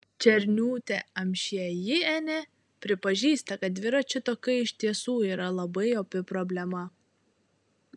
černiūtė amšiejienė pripažįsta kad dviračių takai iš tiesų yra labai opi problema